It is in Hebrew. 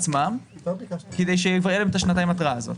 עצמם כדי שיהיו להם את ההתראה של השנתיים האלה.